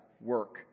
work